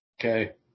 Okay